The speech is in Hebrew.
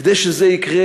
כדי שזה יקרה,